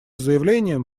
заявлением